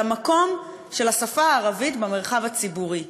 המקום של השפה הערבית במרחב הציבורי.